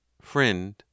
Friend